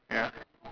ya